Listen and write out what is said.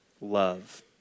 love